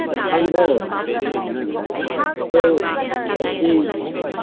ꯑꯩꯈꯣꯏ ꯑꯁꯤ